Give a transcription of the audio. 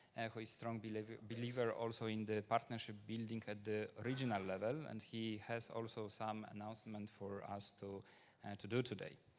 a strong believer believer also in the partnership building at the regional level. and he has also some announcement for us to and to do today.